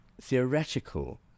theoretical